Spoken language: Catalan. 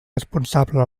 responsable